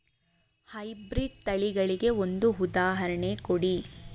High breed ತಳಿಗೆ ಒಂದು ಉದಾಹರಣೆ ಕೊಡಿ?